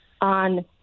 on